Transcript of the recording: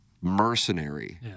mercenary